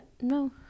no